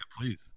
please